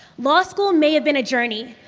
law school may have been a journey,